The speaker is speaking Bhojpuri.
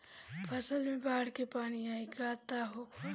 फसल मे बाढ़ के पानी आई त का होला?